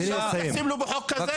אתם לא מתייחסים אליו בחוק הזה?